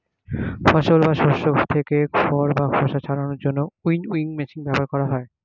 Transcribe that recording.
ফসল বা শস্য থেকে খড় বা খোসা ছাড়ানোর জন্য উইনউইং মেশিন ব্যবহার করা হয়